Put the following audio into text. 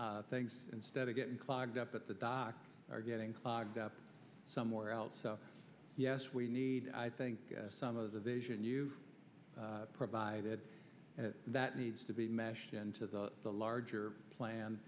and things instead of getting clogged up at the dock are getting clogged up somewhere else so yes we need i think some of the vision you provided that needs to be mashed into the larger plan